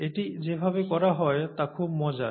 এটি যেভাবে করা হয় তা খুব মজার